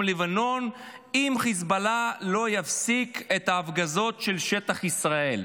לבנון אם חיזבאללה לא יפסיק את ההפגזות של שטח ישראל.